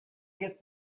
get